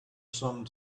some